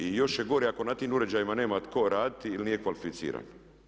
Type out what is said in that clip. I još je gore ako na tim uređajima nema tko raditi ili nije kvalificiran.